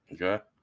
Okay